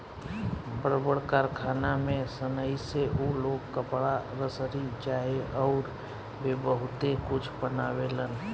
बड़ बड़ कारखाना में सनइ से उ लोग कपड़ा, रसरी चाहे अउर भी बहुते कुछ बनावेलन